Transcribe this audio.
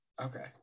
okay